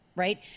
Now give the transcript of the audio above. Right